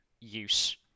use